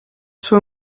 too